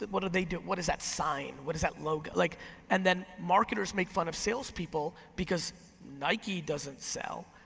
what do they do, what is that sign, what is that logo? like and then marketers make fun of sales people because nike doesn't sell,